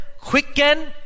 quicken